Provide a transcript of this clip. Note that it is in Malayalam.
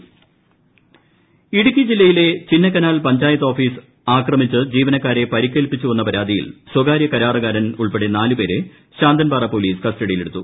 കൃഷ്ണമാക്കും കൃഷ്ണമെന്ന് കൃഷ് ചിന്നക്കനാൽ ഇടുക്കി ജില്ലയിലെ ചിന്നക്കനാൽ പഞ്ചായത്ത് ഓഫീസ് അക്രമിച്ച് ജീവനക്കാരെ പരിക്കേൽപ്പിച്ചുവെന്ന പരാതിയിൽ സ്വകാര്യ കരാറുകാരൻ ഉൾപ്പെടെ നാല് പേരെ ശാന്തൻപാറ പൊലീസ് കസ്റ്റഡിയിലെടുത്തു